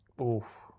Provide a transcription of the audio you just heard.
oof